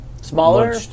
smaller